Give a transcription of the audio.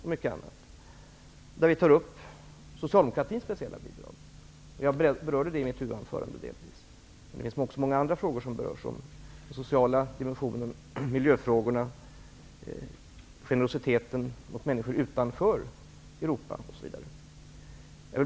Vi tar där upp socialdemokratins speciella bidrag. I mitt huvudanförande berörde jag delvis det. Det finns också många andra frågor som berörs, exempelvis den sociala dimensionen, miljöfrågorna, generositeten och människor utanför Europa, osv.